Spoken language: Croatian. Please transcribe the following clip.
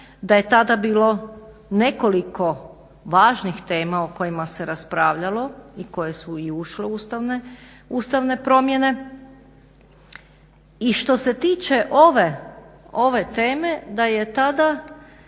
da je tada bilo nekoliko važnih tema o kojima se raspravljalo i koje su i ušle u ustavne promjene i što se tiče ove teme da je tada